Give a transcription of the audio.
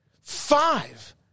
Five